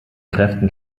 kräften